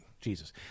Jesus